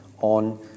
on